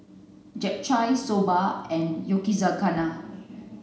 Japchae Soba and Yakizakana